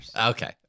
Okay